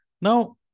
Now